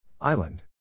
Island